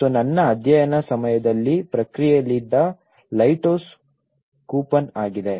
ಮತ್ತು ನನ್ನ ಅಧ್ಯಯನದ ಸಮಯದಲ್ಲಿ ಪ್ರಕ್ರಿಯೆಯಲ್ಲಿದ್ದ ಲೈಟ್ಹೌಸ್ ಕೂಪನ್ ಆಗಿದೆ